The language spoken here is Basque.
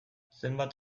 zenbat